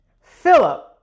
Philip